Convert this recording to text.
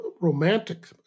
romantic